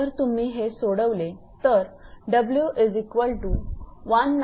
जर तुम्ही हे सोडवले तर 𝑊 196